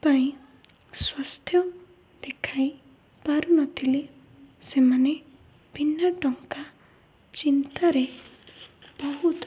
ପାଇଁ ସ୍ୱାସ୍ଥ୍ୟ ଦେଖାଇ ପାରୁନଥିଲେ ସେମାନେ ବିନା ଟଙ୍କା ଚିନ୍ତାରେ ବହୁତ